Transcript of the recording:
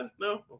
no